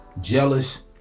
jealous